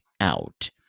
out